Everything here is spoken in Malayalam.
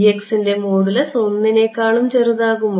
ൻറെ മോഡുലസ് 1 നേക്കാളും ചെറുതാകുമോ